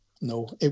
no